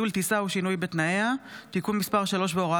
בועז טופורובסקי (יש עתיד): 6 עופר כסיף (חד"ש-תע"ל):